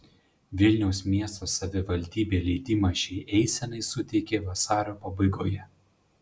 vilniaus miesto savivaldybė leidimą šiai eisenai suteikė vasario pabaigoje